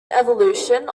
evolution